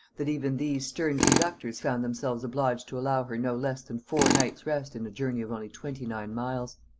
that even these stern conductors found themselves obliged to allow her no less than four nights' rest in a journey of only twenty-nine miles.